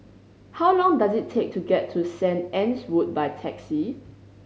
how long does it take to get to Saint Anne's Wood by taxi